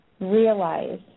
realize